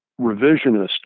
revisionist